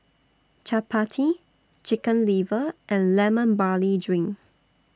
Chappati Chicken Liver and Lemon Barley Drink